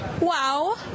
Wow